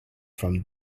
from